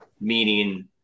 meaning